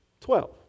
twelve